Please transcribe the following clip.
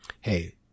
Hey